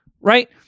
right